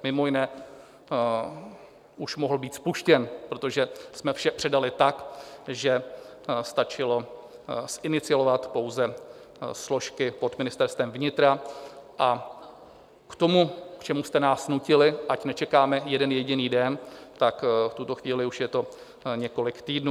Mimo jiné, už mohl být spuštěn, protože jsme vše předali tak, že stačilo ziniciovat pouze složky pod Ministerstvem vnitra, a k tomu, k čemu jste nás nutili, ať nečekáme jeden jediný den, tak v tuto chvíli už je to několik týdnů.